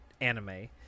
anime